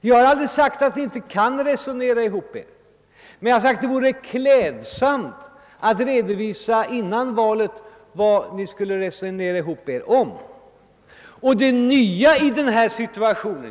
Jag har inte sagt att ni inte kan resonera ihop er, men jag har sagt att det vore klädsamt om ni före valet redovisade vad ni skulle resonera ihop er om.